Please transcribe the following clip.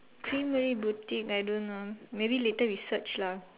Creamery boutique I don't know maybe later we search lah